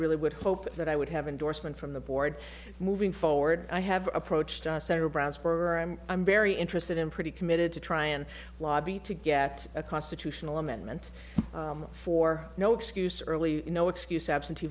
really would hope that i would have endorsement from the board moving forward i have approached several brands for i'm i'm very interested in pretty committed to try and lobby to get a constitutional amendment for no excuse early no excuse absentee